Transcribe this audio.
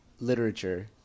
literature